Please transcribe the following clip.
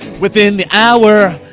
within the hour,